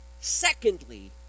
Secondly